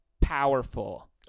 powerful